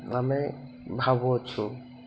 ଆମେ ଭାବୁଛୁ